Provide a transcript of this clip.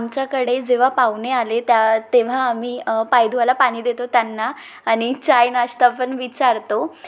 आमच्याकडे जेव्हा पाहुणे आले त्या तेव्हा आम्ही पाय धुवाला पाणी देतो त्यांना आणि चाय नाश्ता पण विचारतो